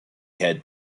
had